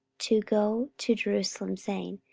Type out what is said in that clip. to go to jerusalem, saying,